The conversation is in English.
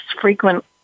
frequent